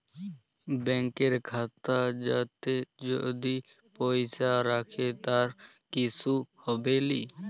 ব্যাংকের খাতা যাতে যদি পয়সা রাখে তার কিসু হবেলি